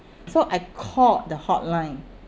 so I called the hotline